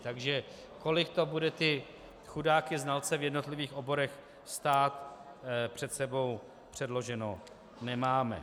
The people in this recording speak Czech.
Takže kolik to bude ty chudáky znalce v jednotlivých oborech stát, před sebou předloženo nemáme.